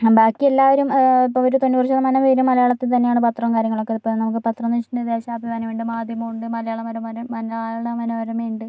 ബാക്കിയെല്ലാവരും ഇപ്പോൾ ഒരു തൊണ്ണൂറ് ശതമാനം പേരും മലയാളത്തിൽ തന്നെയാണ് പത്രവും കാര്യങ്ങളൊക്കെ ഇപ്പോൾ നമുക്ക് പത്രം എന്ന് വച്ചിട്ടുണ്ടെങ്കിൽ ദേശാഭിമാനി ഉണ്ട് മാധ്യമമുണ്ട് മലയാള മനോമര മലയാള മനോരമ ഉണ്ട്